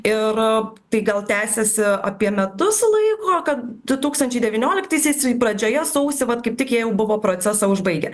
ir tai gal tęsėsi apie metus laiko kad du tūkstančiai devynioliktaisiais pradžioje sausį vat kaip tik jie jau buvo procesą užbaigę